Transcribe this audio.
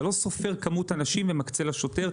אתה לא סופר כמות אנשים ומקצה לה שוטר,